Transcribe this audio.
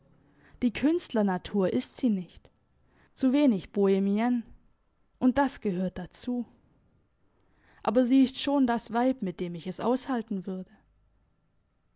die künstlernatur ist sie nicht zu wenig bohmienne und das gehört dazu aber sie ist schon das weib mit dem ich es aushalten würde